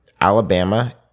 Alabama